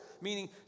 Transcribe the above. Meaning